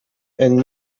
and